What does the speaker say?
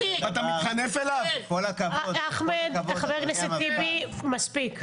חבר הכנסת טיבי, מספיק.